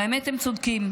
והאמת, הם צודקים,